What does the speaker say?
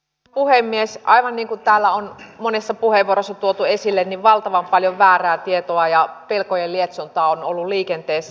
aivan niin kuin täällä on monessa puheenvuorossa tuotu esille valtavan paljon väärää tietoa ja pelkojen lietsontaa on ollut liikenteessä